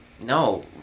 No